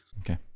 Okay